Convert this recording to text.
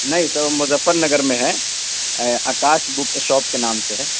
نہیں sir Muzaffarnagar میں ہے آکاش بک شاپ کے نام سے ہے